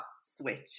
switch